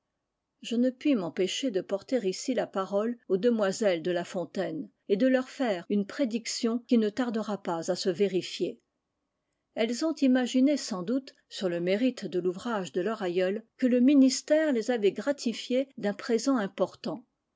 je ne puis m'empêcher de porter ici la parole aux demoiselles de la fontaine et de leur faire une prédiction qui ne tardera pas à se vérifier elles ont imaginé sans doute sur le mérite de l'ouvrage de leur aïeul que le ministère les avait gratifiées d'un présent important